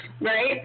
right